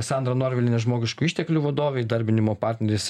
sandra norvilienė žmogiškų išteklių vadovė įdarbinimo partneris